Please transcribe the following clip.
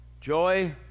Joy